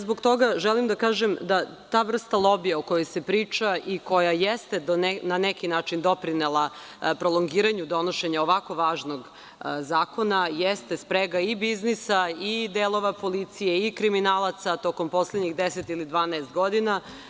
Zbog toga želim da kažem da ta vrsta lobija o kojoj se priča i koja jeste na neki način doprinela prolongiranju donošenja ovako važnog zakona, jeste sprega i biznisa i delova policije i kriminalaca tokom poslednjih 10 ili 12 godina.